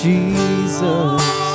Jesus